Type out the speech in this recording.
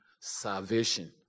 salvation